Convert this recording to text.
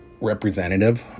representative